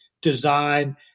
design